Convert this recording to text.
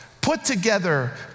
put-together